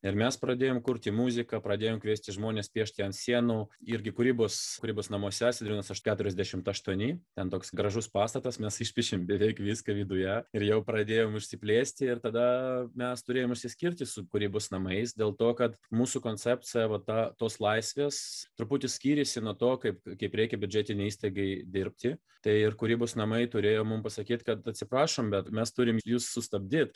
ir mes pradėjom kurti muziką pradėjom kviesti žmones piešti ant sienų irgi kūrybos kūrybos namuose sedrinas už keturiasdešimt aštuoni ten toks gražus pastatas mes išpiešėm beveik viską viduje ir jau pradėjom išsiplėsti ir tada mes turėjom išsiskirti su kūrybos namais dėl to kad mūsų koncepcija vat ta tos laisvės truputį skyrėsi nuo to kaip kaip reikia biudžetinei įstaigai dirbti tai ir kūrybos namai turėjo mum pasakyti kad atsiprašom bet mes turim jus sustabdyt